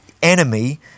Enemy